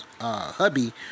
hubby